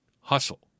hustle